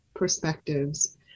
Perspectives